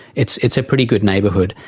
it's it's a pretty good neighbourhood.